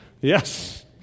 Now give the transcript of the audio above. Yes